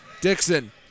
Dixon